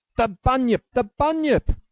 the bunyip! the bunyip!